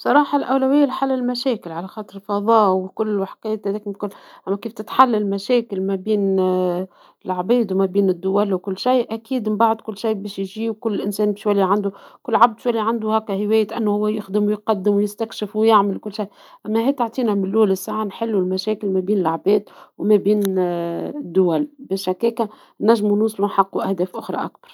صراحة الأولوية لحل المشاكل على خاطر الفظاء وكل وحكايات هيك ممكن كيف تتحل المشاكل ما بين آآ العباد وما بين الدول وكل شيء أكيد من بعد كل شيء باش يچي وكل إنسان باش يولي عندو كل عبد شو اللى عندو هاكا هوايات أنو هو يخدم ويقدم ويستكشف ويعمل وكل شي، أما هيك تعطينا حلو لسه نحلو المشاكل ما بين العباد وما بين آآ الدول بيش هكاكا نچموا نوصلوا نحققوا أهداف أخرى أكبر.